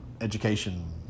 education